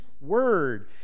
word